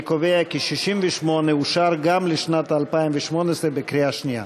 אני קובע כי 68 אושר גם לשנת 2018 בקריאה שנייה.